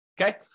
Okay